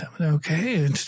okay